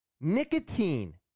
Nicotine